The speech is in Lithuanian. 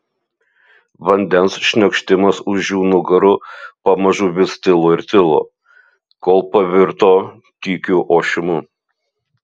vandens šniokštimas už jų nugarų pamažu vis tilo ir tilo kol pavirto tykiu ošimu